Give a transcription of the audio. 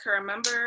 remember